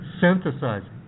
synthesizing